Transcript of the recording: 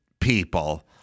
people